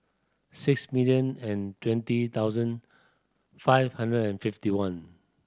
six million and twenty thousand five hundred and fifty one